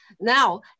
now